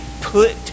put